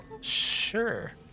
sure